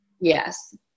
Yes